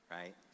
Right